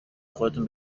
خودتون